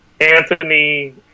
anthony